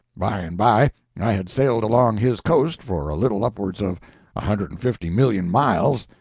by and by i had sailed along his coast for a little upwards of a hundred and fifty million miles,